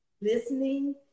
listening